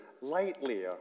lightly